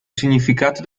significato